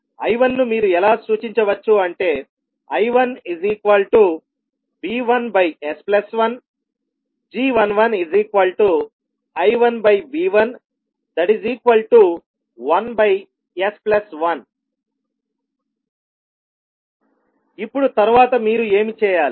I1 ను మీరు ఎలా సూచించవచ్చు అంటే I1V1s1 g11I1V11s1 ఇప్పుడు తరువాత మీరు ఏమి చేయాలి